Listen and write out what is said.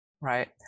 Right